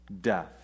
Death